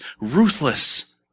ruthless